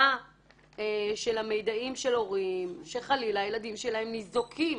של המידעים של הורים שחלילה הילדים שלהם ניזוקים,